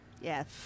Yes